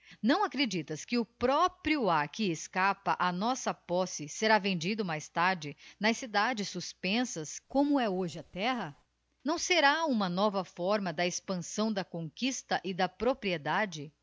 não acreditas que o próprio ar que escapa á nossa posse será vendido mais tarde nas cidades suspensas como é hoje a terra não será uma nova forma da expansão da conquista e da propriedade